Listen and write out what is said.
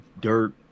dirt